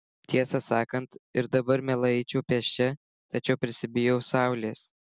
tiesą sakant ir dabar mielai eičiau pėsčia tačiau prisibijau saulės